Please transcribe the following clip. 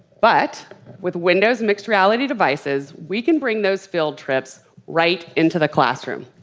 but with windows mixed reality devices we can bring those field trips right into the classroom.